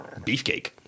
Beefcake